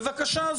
בבקשה,